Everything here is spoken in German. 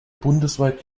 bundesweit